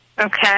Okay